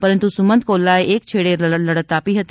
પરંતુ સુમંથ કોલ્લાએ એક છેડે લડત આપી હતી